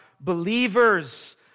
believers